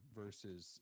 versus